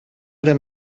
era